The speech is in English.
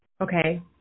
Okay